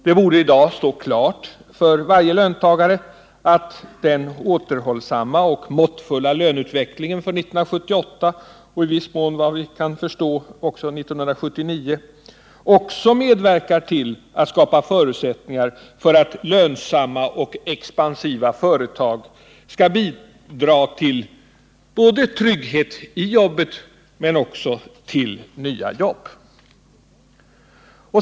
Det borde i dag stå klart för varje löntagare att den återhållsamma och måttfulla löneutvecklingen för 1978 och i viss mån, såvitt vi kan förstå, också för 1979 medverkar till att skapa förutsättningar för att lönsamma och expansiva företag skall bidra till trygghet i jobbet men också till nya jobb.